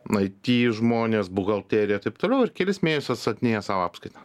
it žmonės buhalterija taip toliau ir kelis mėnesius atstatinėja savo apskaitą